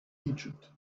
egypt